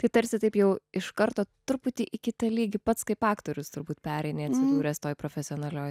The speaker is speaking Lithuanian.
tai tarsi taip jau iš karto truputį į kitą lygį pats kaip aktorius turbūt pereini atsidūręs toj profesionalioj